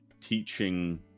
teaching